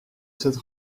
cette